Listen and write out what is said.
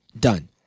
Done